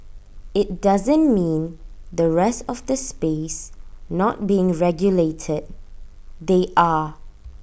IT doesn't mean the rest of the space not being regulated they are